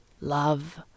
love